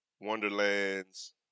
Wonderland's